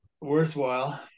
worthwhile